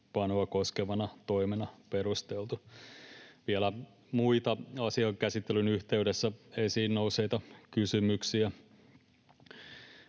koskevana toimena perusteltu. Vielä muita asian käsittelyn yhteydessä esiin nousseita kysymyksiä.